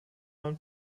neuen